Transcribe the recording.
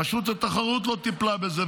רשות התחרות לא טיפלה בזה,